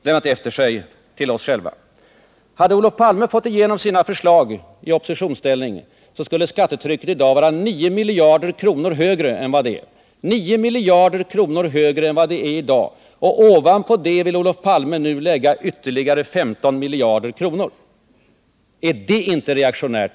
Hade Olof Palme i oppositionsställning fått igenom sina förslag, skulle skattetrycket i dag ha varit 9 miljarder kronor högre än vad det är i dag. Ovanpå detta vill Olof Palme nu lägga ytterligare 15 miljarder kronor. Är inte detta reaktionärt?